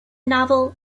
novel